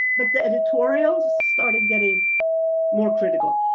but the editorials started getting more critical.